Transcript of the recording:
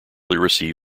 generally